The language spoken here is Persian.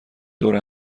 دور